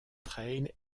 trail